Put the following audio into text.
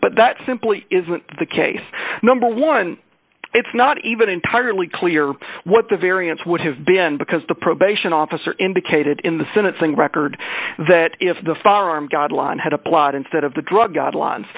but that simply isn't the case number one it's not even entirely clear what the variance would have been because the probation officer indicated in the sentencing record that if the firearm guideline had applied instead of the drug